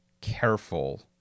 careful